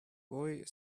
boy